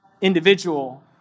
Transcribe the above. individual